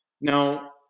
Now